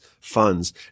funds